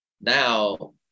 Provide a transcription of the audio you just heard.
now